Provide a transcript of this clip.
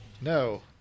No